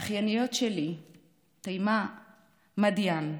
האחייניות שלי תיימא ומדיין,